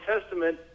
Testament